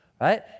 right